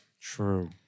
True